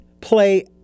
play